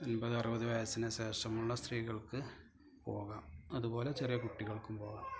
അൻപതറുപത് വയസിന് ശേഷമുള്ള സ്ത്രീകൾക്ക് പോകാം അതുപോലെ ചെറിയ കുട്ടികൾക്കും പോകാം